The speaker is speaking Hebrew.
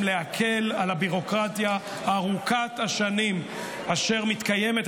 להקל את הביורוקרטיה ארוכת השנים אשר מתקיימת,